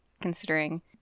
considering